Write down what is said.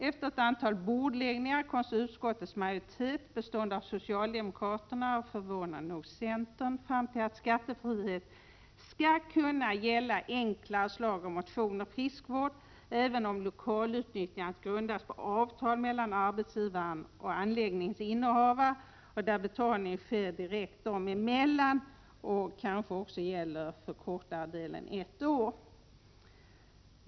Efter ett antal bordläggningar kom så utskottets majoritet, bestående av socialdemokraterna och förvånande nog centern, fram till att skattefrihet skall kunna gälla enklare slag av motion och friskvård även om lokalutnyttjandet grundas på avtal mellan arbetsgivaren och anläggningens innehavare, där betalningen sker direkt dem emellan och kanske även gäller för kortare tid än ett år.